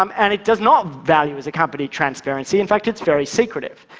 um and it does not value, as a company, transparency. in fact, it's very secretive.